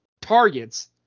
targets